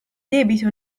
debito